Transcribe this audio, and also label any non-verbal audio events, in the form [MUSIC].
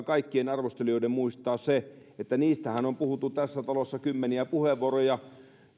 [UNINTELLIGIBLE] kaikkien arvostelijoiden muistaa se että niistähän on puhuttu tässä talossa kymmeniä puheenvuoroja